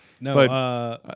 No